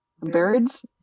birds